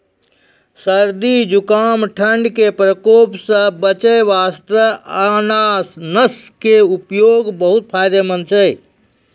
सर्दी, जुकाम, ठंड के प्रकोप सॅ बचै वास्तॅ अनानस के उपयोग बहुत फायदेमंद छै